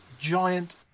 giant